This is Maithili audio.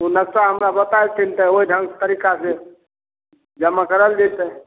ओ नक्शा हमरा बताय देथिन तऽ ओइ ढङ्ग से तरीका से जमा कराएल जेतै